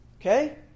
Okay